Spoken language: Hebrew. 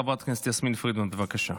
חברת הכנסת יסמין פרידמן, בבקשה.